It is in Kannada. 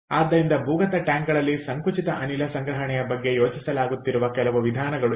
ಆದ್ದರಿಂದ ಭೂಗತ ಟ್ಯಾಂಕ್ಗಳಲ್ಲಿ ಸಂಕುಚಿತ ಅನಿಲ ಸಂಗ್ರಹಣೆಯ ಬಗ್ಗೆ ಯೋಚಿಸಲಾಗುತ್ತಿರುವ ಕೆಲವು ವಿಧಾನಗಳು ಇವೆ